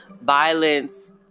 violence